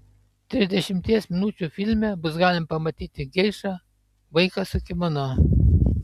trisdešimties minučių filme bus galima pamatyti geišą vaiką su kimono